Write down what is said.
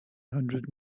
hundred